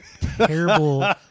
terrible